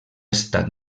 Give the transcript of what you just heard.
estat